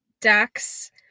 dax